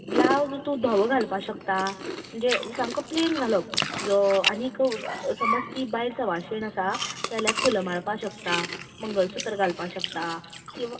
blouse तू धवो घालपा शकता म्हणजे सामको प्लेन घालप जो आनी समज ती बायल सवायशीण आसा जाल्यार फुलां माळपाक शकता मंगळसूत्र घालपा शकता किंव्हा